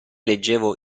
leggevo